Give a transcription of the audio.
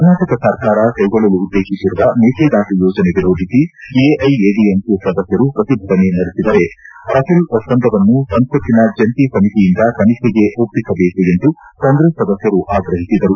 ಕರ್ನಾಟಕ ಸರ್ಕಾರ ಕೈಗೊಳ್ಳಲು ಉದ್ದೇಶಿಸಿರುವ ಮೇಕೆದಾಟು ಯೋಜನೆ ವಿರೋಧಿಸಿ ಎಐಎಡಿಎಂಕೆ ಸದಸ್ಯರು ಪ್ರತಿಭಟನೆ ನಡೆಸಿದರೆ ರಾಫೆಲ್ ಒಪ್ಪಂದವನ್ನು ಸಂಸತ್ತಿನ ಜಂಟಿ ಸಮಿತಿಯಿಂದ ತನಿಖೆಗೆ ಒಪ್ಪಿಸಬೇಕೆಂದು ಕಾಂಗ್ರೆಸ್ ಸದಸ್ಟರು ಆಗ್ರಹಿಸಿದರು